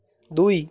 দুই